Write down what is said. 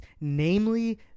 namely